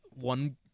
one